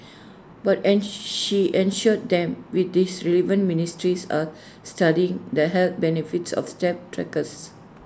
but and she assured them with this relevant ministries are studying the health benefits of step trackers